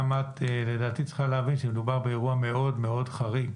לדעתי את צריכה להבין שמדובר באירוע מאוד-מאוד חריג,